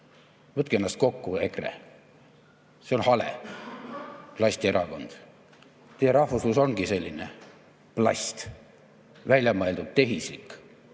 Võtke ennast kokku, EKRE! See on hale. Plasti erakond! Teie rahvuslus ongi selline plast: väljamõeldud, tehislik.